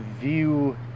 view